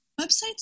Websites